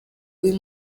uyu